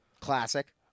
Classic